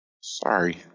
Sorry